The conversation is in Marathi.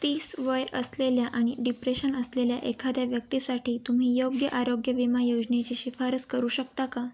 तीस वय असलेल्या आणि डिप्रेशन असलेल्या एखाद्या व्यक्तीसाठी तुम्ही योग्य आरोग्य विमा योजनेची शिफारस करू शकता का